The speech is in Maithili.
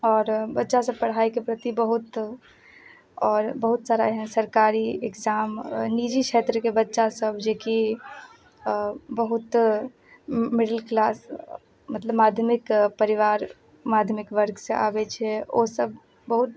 आओर बच्चा सब पढ़ाइके प्रति बहुत आओर बहुत सारा एहन सरकारी एग्जाम निजी क्षेत्रके बच्चा सब जेकि बहुत मिडिल क्लास मतलब माध्यमिक परिवार माध्यमिक वर्ग से आबै छै ओ सब बहुत